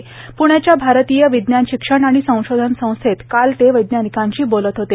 प्ण्याच्या भारतीय विज्ञान शिक्षण आणि संशोधन संस्थेत काल ते वैज्ञानिकांशी बोलत हेते